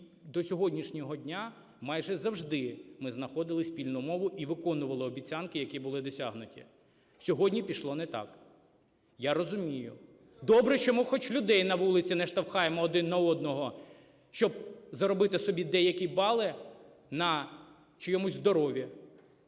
і до сьогоднішнього дня майже завжди ми знаходили спільну мову і виконували обіцянки, які були досягнуті. Сьогодні пішло не так. Я розумію. Добре, що хоч ми людей на вулиці не штовхаємо один на одного, щоб заробити собі деякі бали на чиємусь здоров'ї.